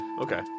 Okay